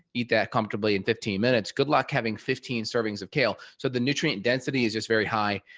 eat that comfortably in fifteen minutes. good luck having fifteen servings of kale, so the nutrient density is just very high.